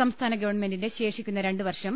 സംസ്ഥാന ഗവൺമെന്റിന്റെ ശേഷി ക്കുന്ന രണ്ട് വർഷം